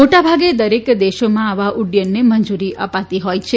મોટેભાગે દરેક દેશોમાં આવા ઉડ્ડયનને મંજુરી અપાતી હોય છે